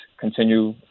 continue